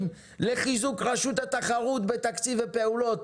לחיזוק רשות התחרות בתקציב הפעולות,